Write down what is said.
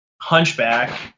hunchback